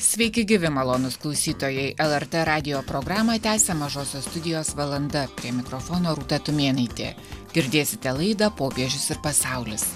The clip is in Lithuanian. sveiki gyvi malonūs klausytojai lrt radijo programą tęsia mažosios studijos valanda prie mikrofono rūta tumėnaitė girdėsite laidą popiežius ir pasaulis